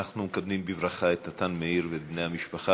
אנחנו מקדמים בברכה את נתן מאיר ואת בני המשפחה,